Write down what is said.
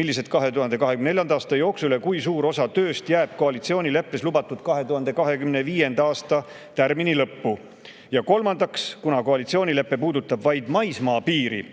millised 2024. aasta jooksul ja kui suur osa tööst jääb koalitsioonileppes lubatud 2025. aasta tärmini lõppu? Ja kolmandaks: kuna koalitsioonilepe puudutab vaid maismaapiiri,